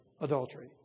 adultery